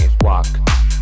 walk